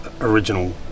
original